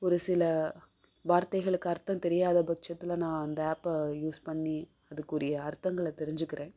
ஒரு சில வார்த்தைகளுக்கு அர்த்தம் தெரியாத பட்சத்தில் நான் அந்த ஆப்பை யூஸ் பண்ணி அதுக்குரிய அர்த்தங்களை தெரிஞ்சுக்கிறேன்